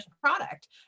product